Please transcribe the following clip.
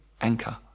anchor